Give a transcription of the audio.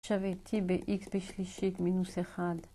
שווה T ב-X בשלישית מינוס 1.